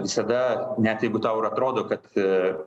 visada net jeigu tau ir atrodo kad